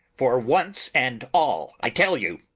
for once and all, i tell you!